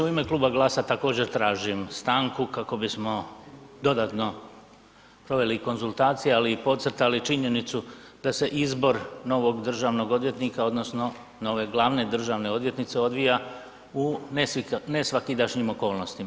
U ime Kluba GLAS-a također, tražim stanku kako bismo dodatno proveli konzultacije, ali i podcrtali činjenicu da se izbor novog državnog odvjetnika, odnosno nove glavne državne odvjetnice odvija u nesvakidašnjim okolnostima.